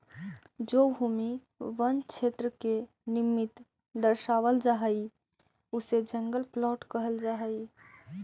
जो भूमि वन क्षेत्र के निमित्त दर्शावल जा हई उसे जंगल प्लॉट कहल जा हई